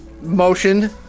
motion